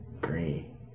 Green